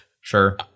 sure